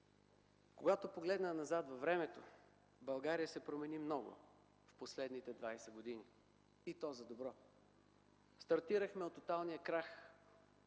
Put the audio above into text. Когато погледна назад във времето, България се промени много в последните 20 години, и то за добро. Стартирахме от тоталния крах и